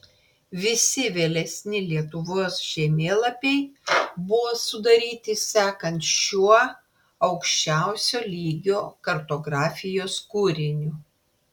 visi vėlesni lietuvos žemėlapiai buvo sudaryti sekant šiuo aukščiausio lygio kartografijos kūriniu